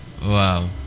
Wow